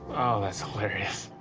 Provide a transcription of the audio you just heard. that's hilarious.